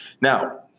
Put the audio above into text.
Now